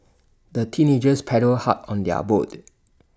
the teenagers paddled hard on their boat